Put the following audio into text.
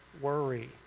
worry